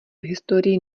historii